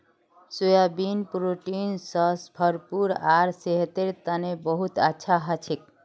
soybean protein स भरपूर आर सेहतेर तने बहुत अच्छा हछेक